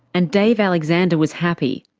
and dave alexander was happy.